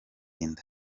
inda